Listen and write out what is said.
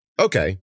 okay